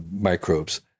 microbes